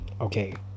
okay